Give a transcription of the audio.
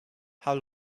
how